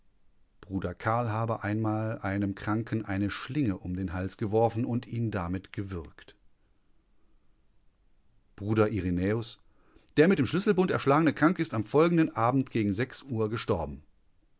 bruder karl habe einmal einem kranken eine schlinge um den hals geworfen und ihn damit gewürgt bruder irenäus der mit dem schlüsselbund erschlagene kranke ist am folgenden abend gegen uhr gestorben